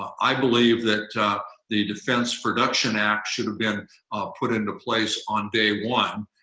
i believe that the defense production act should have been put into place on day one,